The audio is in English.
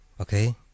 okay